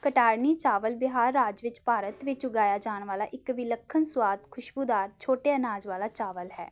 ਕਟਾਰਨੀ ਚਾਵਲ ਬਿਹਾਰ ਰਾਜ ਵਿੱਚ ਭਾਰਤ ਵਿੱਚ ਉਗਾਇਆ ਜਾਣ ਵਾਲਾ ਇੱਕ ਵਿਲੱਖਣ ਸੁਆਦ ਖੁਸ਼ਬੂਦਾਰ ਛੋਟੇ ਅਨਾਜ ਵਾਲਾ ਚਾਵਲ ਹੈ